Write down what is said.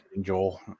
Joel